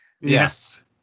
Yes